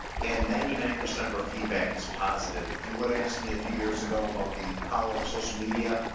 and ninety nine percent of our feedback is positive. few would ask me a few years ago about the power of social media. ah,